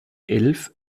elf